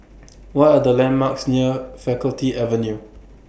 What Are The landmarks near Faculty Avenue